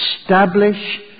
Establish